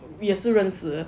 也是认识